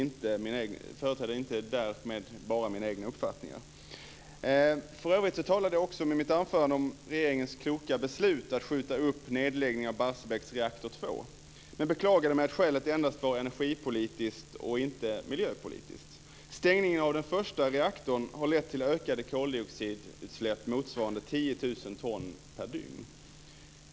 Jag företräder därmed inte bara min egen uppfattning. För övrigt talade jag i mitt anförande också om regeringens kloka beslut att skjuta på nedläggningen av Barsebäcks reaktor 2. Dock beklagade jag att skälet endast var energipolitiskt, inte miljöpolitiskt. Stängningen av den första reaktorn har lett till ökade koldioxidutsläpp, motsvarande 10 000 ton per dygn.